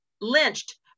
lynched